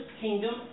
kingdom